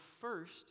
first